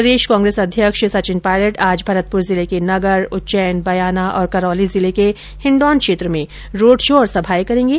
प्रदेश कांग्रेस अध्यक्ष सचिन पायलट आज भरतपुर जिले के नगर उच्चैन बयाना और करौली जिले के हिण्डोन क्षेत्र में रोड शो और सभाएं करेंगे